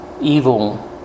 evil